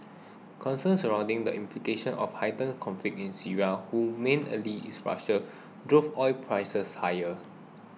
concerns surrounding the implications of heightened conflict in Syria who main ally is Russia drove oil prices higher